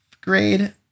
grade